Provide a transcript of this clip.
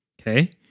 Okay